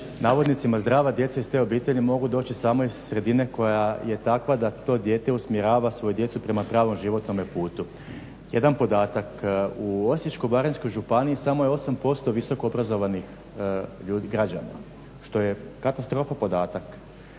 navodnicima "zdrava djeca" iz te obitelji mogu doći samo iz sredine koja je takva da to dijete usmjerava svoju djecu prema pravom životnome putu. Jedan podatak, u Osječko-baranjskoj županiji samo je 8% visokoobrazovanih građana što je katastrofa podatak.